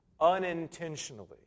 unintentionally